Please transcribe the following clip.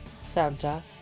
Santa